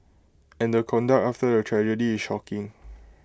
and the conduct after the tragedy is shocking